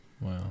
Wow